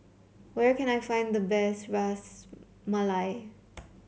where can I find the best Ras Malai